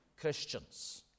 Christians